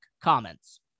comments